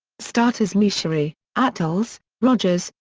starters meschery, attles, rodgers,